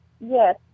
yes